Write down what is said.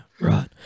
right